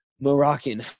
Moroccan